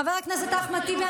חבר הכנסת אחמד טיבי,